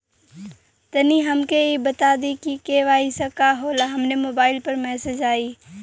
तनि हमके इ बता दीं की के.वाइ.सी का होला हमरे मोबाइल पर मैसेज आई?